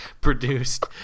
produced